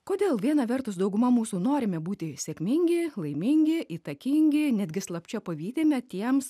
kodėl viena vertus dauguma mūsų norime būti sėkmingi laimingi įtakingi netgi slapčia pavydime tiems